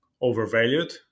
overvalued